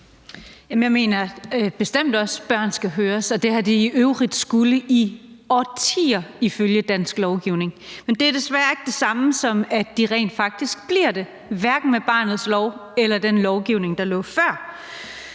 Jeg mener bestemt også, at børn skal høres, og det har de i øvrigt skullet i årtier ifølge dansk lovgivning. Men det er desværre ikke det samme, som at de rent faktisk bliver det, hverken med barnets lov eller den lovgivning, der lå før,